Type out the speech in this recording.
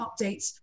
updates